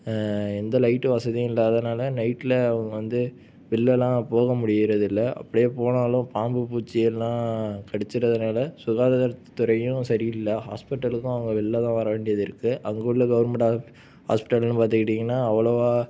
எந்த லைட்டு வசதியும் இல்லாதனால் நைட்டில் வந்து வெளிலல்லாம் போக முடிகிறதில்ல அப்படியே போனாலும் பாம்பு பூச்சி எல்லாம் கடிச்சிறதனால் சுகாதார துறையும் சரியில்லை ஹாஸ்பிடலுக்கும் அவங்க வெளில தான் வர வேண்டியது இருக்குது அங்கே உள்ள கவர்மெண்ட் ஹாஸ்பிடல்லாம் பார்த்துக்கிட்டீங்கன்னா அவ்வளோவா